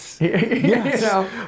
Yes